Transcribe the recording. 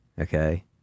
okay